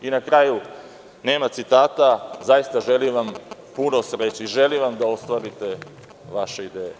I na kraju, nema citata, zaista želim vam puno sreće, i želim vam da ostvarite vaše ideje.